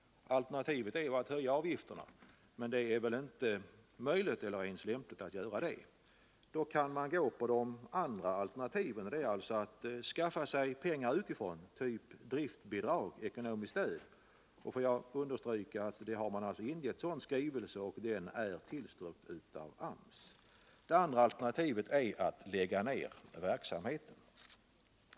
Ett alternativ är att höja avgifterna, men det är väl inte möjligt eller ens lämpligt att göra det. Det finns då några andra alternativ att välja mellan. Det ena är att skaffa pengar utifrån, t.ex. driftbidrag och ekonomiskt stöd. Jag vill understryka att man har ingivit en skrivelse om sådant stöd som AMS har tillstyrkt. Ett annat alternativ är att lägga ner verksamheten.